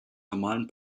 normalen